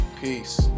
peace